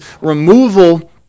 removal